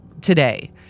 today